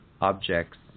objects